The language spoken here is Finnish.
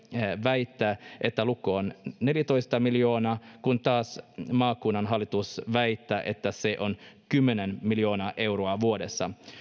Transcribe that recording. väittää että luku on neljätoista miljoonaa kun taas maakunnan hallitus väittää että se on kymmenen miljoonaa euroa vuodessa